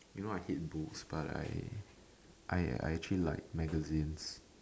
you know I hate books but I I actually like magazines